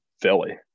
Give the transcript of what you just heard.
Philly